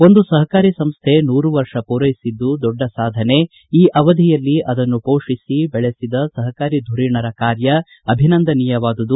ಒಂದು ಸಪಕಾರಿ ಸಂಸ್ಥೆ ನೂರು ವರ್ಷ ಪೂರೈಸಿದ್ದು ದೊಡ್ಡ ಸಾಧನೆ ಈ ಅವಧಿಯಲ್ಲಿ ಅದನ್ನು ಪೋಷಿಸಿ ಬೆಳೆಸಿದ ಸಹಕಾರಿ ಧುರೀಣರ ಕಾರ್ಯ ಅಭಿನಂದನೀಯವಾದುದು